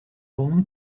room